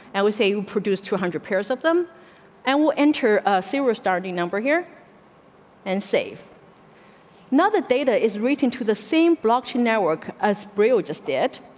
and we say who produced two hundred pairs of them and will enter syria starting number here and save another data is reading to the same block chinn network as rio just yet.